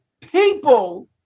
people